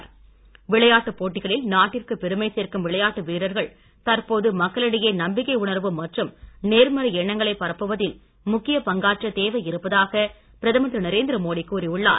மோடி விளையாட்டு விளையாட்டு போட்டிகளில் நாட்டிற்கு பெருமை சேர்க்கும் விளையாட்டு வீரர்கள் தற்போது மக்களிடையே நம்பிக்கை உணர்வு மற்றும் நேர்மறை எண்ணங்களை பரப்புவதில் முக்கிய பங்காற்ற தேவை இருப்பதாக பிரதமர் திரு நரேந்திர மோடி கூறி உள்ளார்